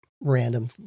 random